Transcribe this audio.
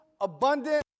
abundant